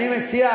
אני מציע,